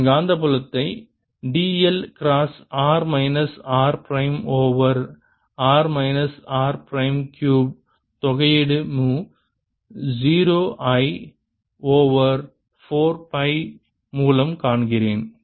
நான் காந்தப்புலத்தை dl cross r minus r prime over r minus r prime cube தொகையீடு மு 0 I ஓவர் 4 பை மூலம் கணக்கிடுகிறேன்